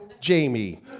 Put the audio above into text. Jamie